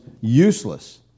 useless